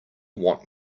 want